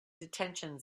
detention